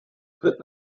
tritt